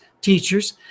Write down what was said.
teachers